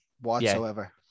whatsoever